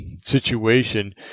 situation